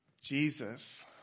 Jesus